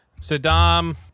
Saddam